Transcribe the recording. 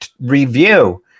review